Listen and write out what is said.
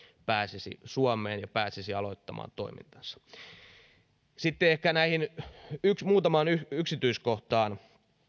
pääsisi suomeen ja pääsisi aloittamaan toimintansa sitten ehkä muutamaan yksityiskohtaan